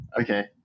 Okay